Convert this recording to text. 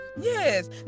Yes